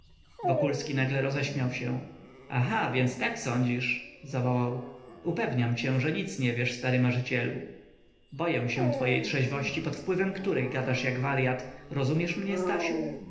myślisz wokulski nagle roześmiał się aha więc tak sądzisz zawołał upewniam cię że nic nie wiesz stary marzycielu boję się twojej trzeźwości pod wpływem której gadasz jak waryat rozumiesz mnie stasiu